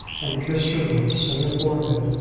and kissed her lips, and her forehead,